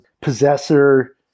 Possessor